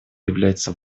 является